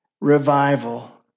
revival